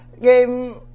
game